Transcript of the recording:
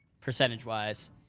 percentage-wise